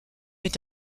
est